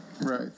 right